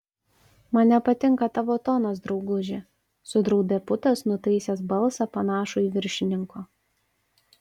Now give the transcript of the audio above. man nepatinka tavo tonas drauguži sudraudė putas nutaisęs balsą panašų į viršininko